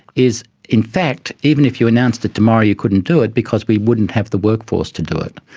is in fact even if you announced it tomorrow you couldn't do it because we wouldn't have the workforce to do it.